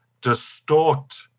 distort